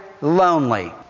lonely